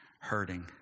hurting